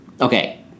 Okay